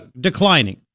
declining